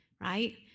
right